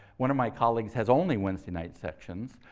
one of my colleagues has only wednesday night sections.